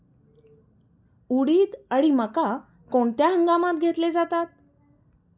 उडीद आणि मका कोणत्या हंगामात घेतले जातात?